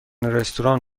رستوران